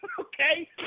okay